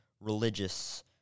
religious